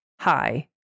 hi